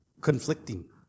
conflicting